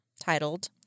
titled